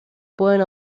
pueden